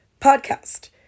podcast